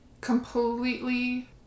completely